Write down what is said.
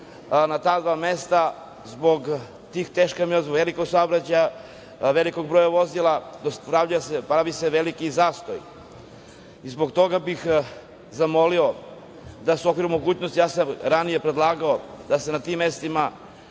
Na ta dva mesta zbog njih u teškoj meri zbog velikog broja vozila pravi se veliki zastoji i zbog toga bih zamolio da se u okviru mogućnosti ja sam ranije predlagao da se na tim mestima,